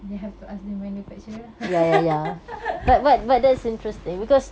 you have to ask the manufacturer lah